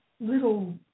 little